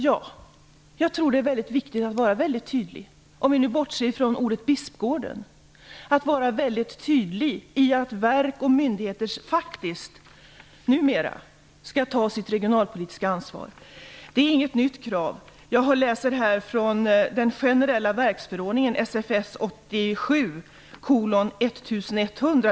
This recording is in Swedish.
Jag tror att det är mycket viktigt att vara väldigt tydligt. Om vi bortser från ordet Bispgården är det viktigt att vara mycket tydlig i att verk och myndigheter numera faktiskt skall ta sitt regionalpolitiska ansvar. Det är inget nytt krav. Jag har läst i den generella verksförordningen, SFS 1987:1100.